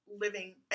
living